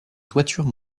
toiture